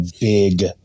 big